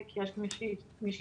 כי יש מי שיטפל,